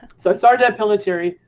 so i started at pillitteri,